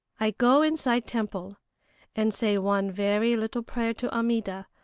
i go inside temple and say one very little pray to amida,